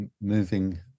moving